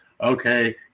okay